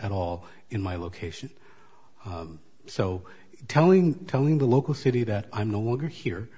at all in my location so telling telling the local city that i'm no longer here